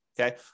Okay